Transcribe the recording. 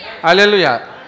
Hallelujah